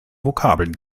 vokabeln